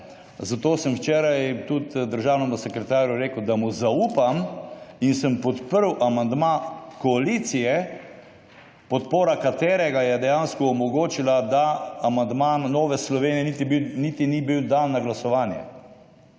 zato sem včeraj tudi državnemu sekretarju rekel, da mu zaupam in sem podprl amandma koalicije, podpora katerega je dejansko omogočila, da amandma Nove Slovenije niti ni bil dan na glasovanje.